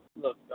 Look